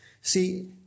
See